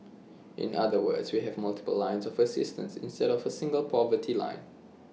in other words we have multiple lines of assistance instead of A single poverty line